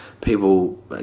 people